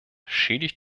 schädigt